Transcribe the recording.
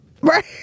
right